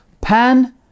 Pan